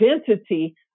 identity